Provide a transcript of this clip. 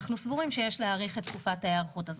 אנחנו סבורים שיש להאריך את תקופת ההיערכות הזאת.